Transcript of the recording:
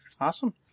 Awesome